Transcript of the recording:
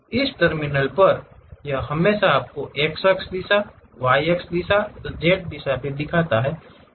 इस टर्मिनल पर यह हमेशा आपको x अक्ष दिशा y अक्ष दिशा z दिशा भी दिखाता है